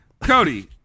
Cody